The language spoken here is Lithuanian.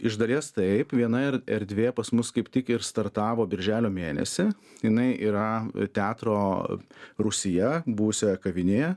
iš dalies taip viena er erdvė pas mus kaip tik ir startavo birželio mėnesį jinai yra teatro rūsyje buvusioje kavinėje